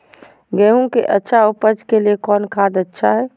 गेंहू के अच्छा ऊपज के लिए कौन खाद अच्छा हाय?